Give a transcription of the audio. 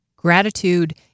Gratitude